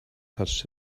touched